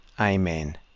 Amen